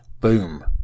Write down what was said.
boom